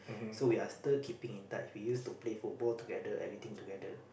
so we are still keeping in touch we use to play football together everything together